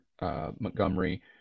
Montgomery